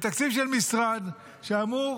מתקציב של משרד שאמור